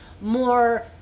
more